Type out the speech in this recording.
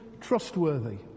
trustworthy